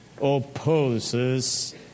opposes